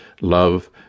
Love